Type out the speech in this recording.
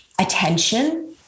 attention